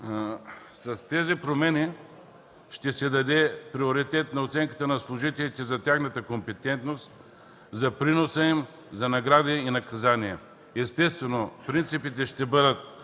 С тези промени ще се даде приоритет на оценката на служителите за тяхната компетентност, за приноса им за награди и наказания. Естествено, принципите ще бъдат